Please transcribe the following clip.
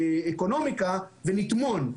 ואקונומיקה ונטמון.